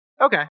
Okay